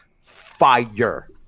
fire